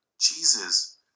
jesus